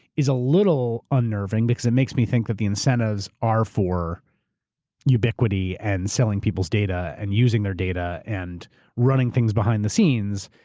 is a little unnerving because it makes me think that the incentives are for ubiquity and selling people's data and using their data and running things behind the scenes.